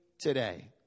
today